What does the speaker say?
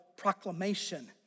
proclamation